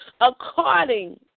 According